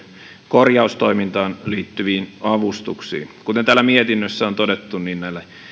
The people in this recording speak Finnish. korjaustoimintaan liittyviin avustuksiin kuten täällä mietinnössä on todettu näille